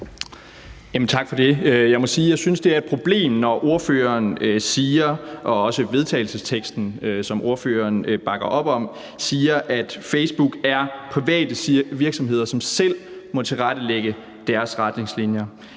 sige, at jeg synes, det er et problem, når ordføreren og også vedtagelsesteksten, som ordføreren bakker op om, siger, at Facebook er en privat virksomhed, som selv må tilrettelægge sine retningslinjer.